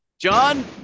John